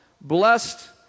Blessed